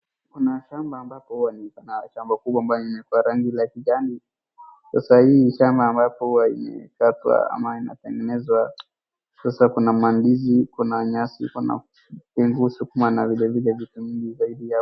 Kuna shamba kubwa ambalo ni la rangi la kijani ,sasa hii ni shamba ambapo imekatwa ama inatengenezwa. Sasa kuna mandizi kuna nyasi na vitu vile vile kuna vitu vingine mingi zaidi ya hayo.